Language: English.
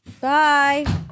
Bye